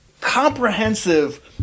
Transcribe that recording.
comprehensive